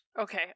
Okay